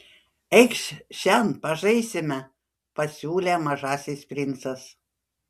eikš šen pažaisime pasiūlė mažasis princas